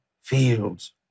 fields